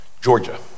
Georgia